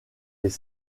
les